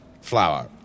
Flour